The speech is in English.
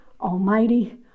almighty